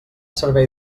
servei